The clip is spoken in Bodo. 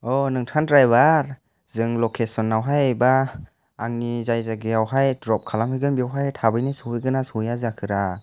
नोंथां द्रायबार जों लकेसनआवहाय एबा आंनि जाय जायगायावहाय द्रप खालामहैगोन बेवहाय थाबैनो सहैगोनना सहैया जाखोरा